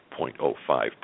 0.05%